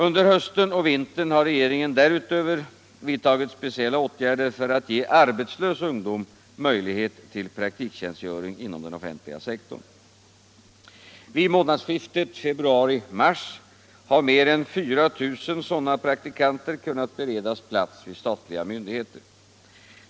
Under hösten och vintern har regeringen därutöver vidtagit speciella åtgärder för att ge arbetslös ungdom möjlighet till praktiktjänstgöring inom den offentliga sektorn. Vid månadsskiftet februari-mars har mer än 4 000 sådana praktikanter kunnat beredas plats vid statliga myndigheter.